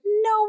no